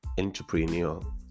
entrepreneur